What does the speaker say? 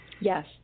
Yes